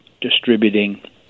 distributing